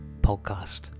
podcast